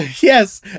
Yes